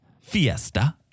Fiesta